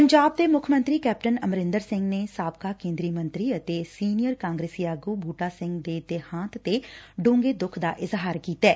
ਪੰਜਾਬ ਦੇ ਮੁੱਖ ਮੰਤਰੀ ਕੈਪਟਨ ਅਮਰੰਦਰ ਸਿੰਘ ਨੇ ਸਾਬਕਾ ਕੇਦਰੀ ਮੰਤਰੀ ਅਤੇ ਸੀਨੀਅਰ ਕਾਂਗਰਸੀ ਆਗੁ ਬੂਟਾ ਸਿੰਘ ਦੇ ਦੇਹਾਂਤ ਤੇ ਡੰਘੇ ਦੁੱਖ ਦਾ ਇਜ਼ਹਾਰ ਕੀਤੈ